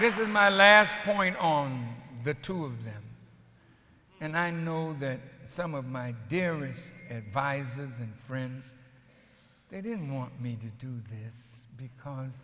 this is my last point on the two of them and i know that some of my dearest advisers and friends they didn't want me to do this because